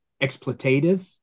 exploitative